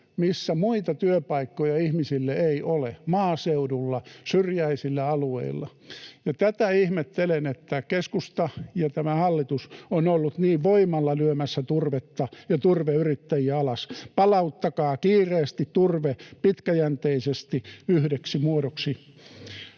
missä muita työpaikkoja ihmisille ei ole, maaseudulla, syrjäisillä alueilla. Tätä ihmettelen, että keskusta ja tämä hallitus ovat olleet niin voimalla lyömässä turvetta ja turveyrittäjiä alas. Palauttakaa kiireesti turve pitkäjänteisesti yhdeksi muodoksi